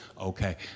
okay